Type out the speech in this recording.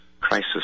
crisis